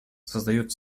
создает